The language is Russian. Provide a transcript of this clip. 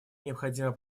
необходимо